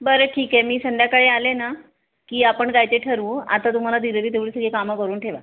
बरं ठीक आहे मी संध्याकाळी आले ना की आपण काय ते ठरवू आता तुम्हाला दिलेली तेवढी सगळी कामं करून ठेवा